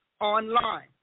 online